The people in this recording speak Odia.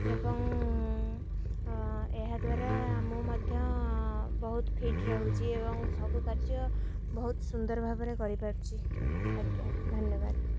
ଏବଂ ଏହାଦ୍ୱାରା ମୁଁ ମଧ୍ୟ ବହୁତ ଫିଟ୍ ରହୁଛି ଏବଂ ସବୁ କାର୍ଯ୍ୟ ବହୁତ ସୁନ୍ଦର ଭାବରେ କରିପାରୁଛି ଆଜ୍ଞା ଧନ୍ୟବାଦ